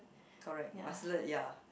correct must alert ya